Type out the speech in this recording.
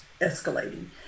escalating